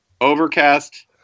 Overcast